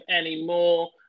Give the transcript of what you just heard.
anymore